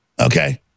Okay